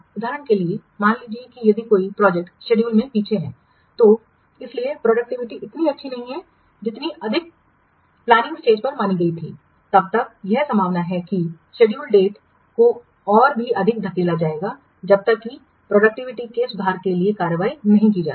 उदाहरण के लिए मान लीजिए कि यदि कोई प्रोजेक्ट शेड्यूल में पीछे है तो इसलिए प्रोडक्टिविटी इतनी अधिक नहीं है जितनी अधिक प्लानिंग स्टेज पर मानी की गई थी तब तक यह संभावना है कि शेड्यूल डेट को और भी आगे धकेला जाएगा जब तक कि प्रोडक्टिविटी के सुधार के लिए कार्रवाई नहीं की जाती